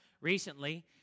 recently